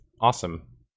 Awesome